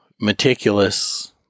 meticulous